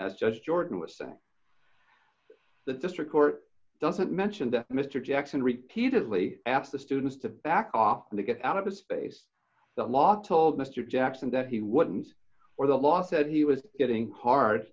as judge jordan was saying the district court doesn't mention that mr jackson repeatedly asked the students to back off and to get out of his face the law told mr jackson that he wouldn't or the law said he was getting card